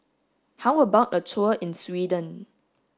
how about a tour in Sweden